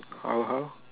how how